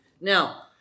Now